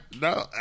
No